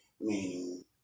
Meaning